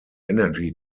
energy